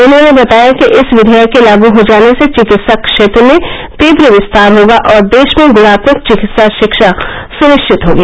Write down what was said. उन्होंने बताया कि इस विधेयक के लागू हो जाने से चिकित्सा क्षेत्र में तीव्र विस्तार होगा और देश में गुणात्मक चिकित्सा शिक्षा सुनिश्चित होगी